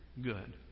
good